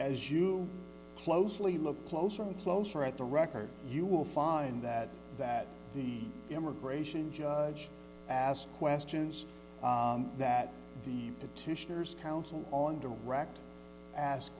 as you closely look closer and closer at the record you will find that that the immigration judge asked questions that the petitioners counsel on direct ask